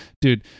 Dude